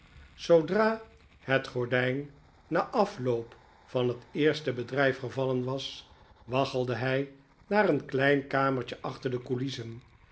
zoodra het gordijn na den afloop van het eerste bedrijf gevallen was waggelde hij naar een klein kamertje achter de coulissen